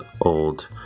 old